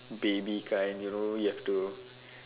baby kind you know you have to